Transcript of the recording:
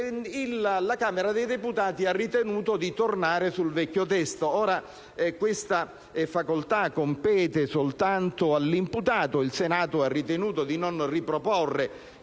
La Camera dei deputati, quindi, ha ritenuto di tornare sul vecchio testo. Ora questa facoltà compete soltanto all'imputato; il Senato ha ritenuto di non riproporre